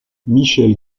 michel